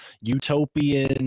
utopian